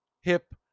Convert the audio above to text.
hip